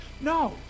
No